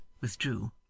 withdrew